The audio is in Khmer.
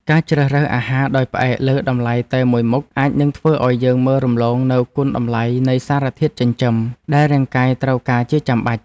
ការជ្រើសរើសអាហារដោយផ្អែកលើតម្លៃតែមួយមុខអាចនឹងធ្វើឲ្យយើងមើលរំលងនូវគុណតម្លៃនៃសារធាតុចិញ្ចឹមដែលរាងកាយត្រូវការជាចាំបាច់។